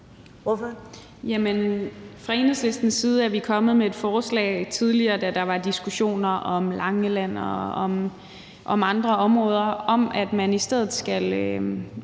Fra Enhedslistens side er vi kommet med et forslag tidligere, da der var diskussioner om Langeland og om andre områder, om, at man i stedet,